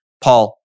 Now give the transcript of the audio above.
Paul